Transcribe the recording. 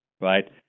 right